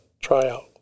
tryout